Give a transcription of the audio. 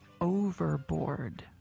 overboard